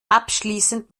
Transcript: abschließend